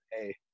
Hey